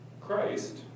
Christ